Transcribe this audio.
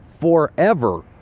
forever